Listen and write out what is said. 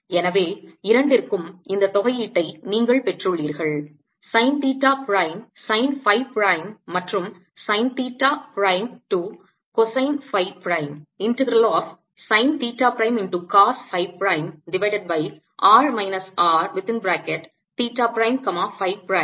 எனவே இரண்டிற்கும் இந்த தொகையீட்டை நீங்கள் பெற்றுள்ளீர்கள் sine theta prime sine phi prime மற்றும் sine theta prime to cosine phi prime